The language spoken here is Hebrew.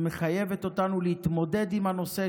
שמחייבת אותנו להתמודד עם הנושא,